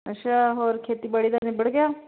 ਅੱਛਾ ਹੋਰ ਖੇਤੀਬਾੜੀ ਦਾ ਨਿੱਬੜ ਗਿਆ